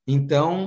Então